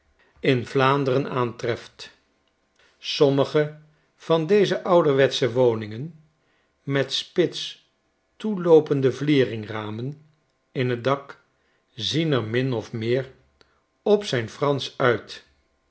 in vlaanderen aantreft sommige van deze ouderwetsche woningen met spits toeloopende vlieringramen in t dak zien er min of meer op zijn fransch uit